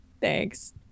thanks